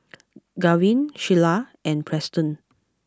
Garvin Shyla and Preston